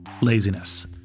laziness